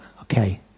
okay